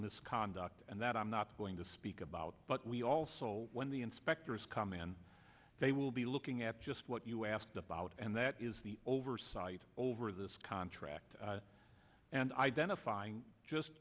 misconduct and that i'm not going to speak about but we also when the inspectors come in they will be looking at just what you asked about and that is the oversight over this contract and identifying just